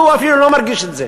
והוא אפילו לא מרגיש את זה.